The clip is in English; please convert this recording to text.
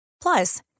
Plus